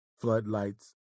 floodlights